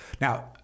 Now